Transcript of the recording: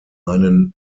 einen